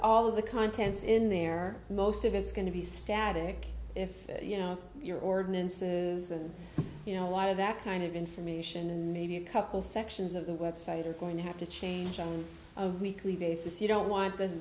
all of the contents in there most of it's going to be static if you know your ordinances and you know a lot of that kind of information and maybe a couple sections of the website are going to have to change on a weekly basis you don't want th